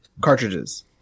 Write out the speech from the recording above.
cartridges